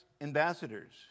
ambassadors